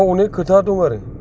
बाव आनेख खोथा दं आरो